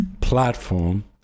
platform